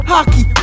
Hockey